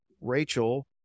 Rachel